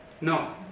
no